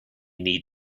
need